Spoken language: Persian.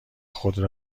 خودتان